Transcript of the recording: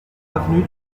avenue